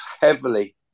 heavily